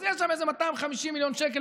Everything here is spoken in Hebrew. אז יש שם איזה 250 מיליון שקל,